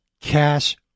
cash